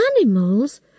Animals